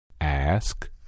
Ask